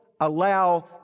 allow